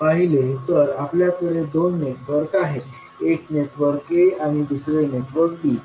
पाहिले तर आपल्याकडे दोन नेटवर्क आहेत एक नेटवर्क A आणि दुसरे नेटवर्क B